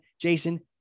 jason